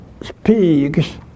speaks